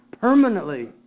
permanently